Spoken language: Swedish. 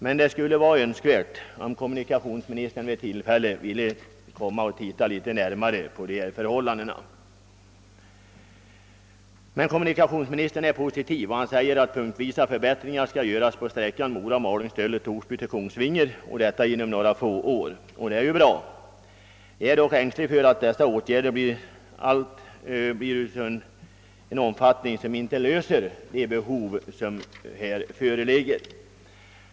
Det skulle emellertid vara önskvärt att kommunikationsministern vid något tillfälle kom och tittade på dessa vägar. Kommunikationsministern är dock positiv och säger att punktvisa förbättringar inom några få år skall göras på sträckan Mora-—Malung—Stöllet—Torsby-—Kongsvinger. Jag är emellertid ängslig för att dessa åtgärder blir av sådan omfattning att de behov som föreligger inte kommer att fyllas.